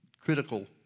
critical